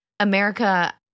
America